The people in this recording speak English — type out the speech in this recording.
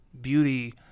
beauty